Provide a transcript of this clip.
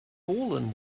fallen